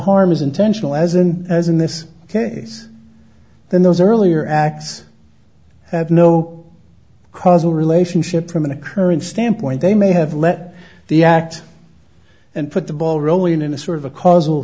harm is intentional as in as in this case then those earlier acts have no causal relationship from an occurrence standpoint they may have let the act and put the ball rolling in a sort of a causal